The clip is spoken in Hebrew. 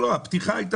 אני רוצה שזה יהיה